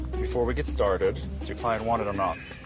before we get started, does your client want it or not?